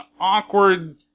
awkward